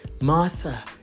Martha